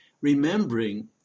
remembering